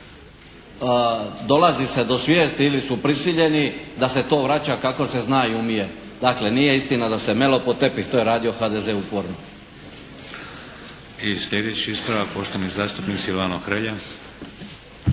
dolazi se do svijesti ili su prisiljeni da se to vraća kako se zna i umije. Dakle, nije istina da se melo pod tepih, to je radio HDZ uporno. **Šeks, Vladimir (HDZ)** I sljedeći ispravak, poštovani zastupnik Silvano Hrelja.